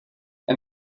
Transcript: and